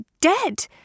dead